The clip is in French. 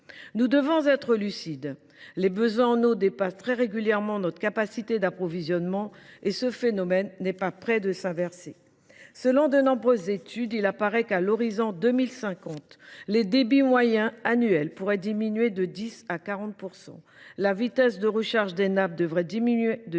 Nous devons être lucides : les besoins en eau dépassent très régulièrement notre capacité d’approvisionnement et ce phénomène n’est pas près de s’inverser. Selon de nombreuses études, il apparaît qu’à l’horizon de 2050 les débits annuels moyens pourraient diminuer de 10 % à 40 %; la vitesse de recharge des nappes de 10 % à 25 %,